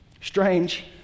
strange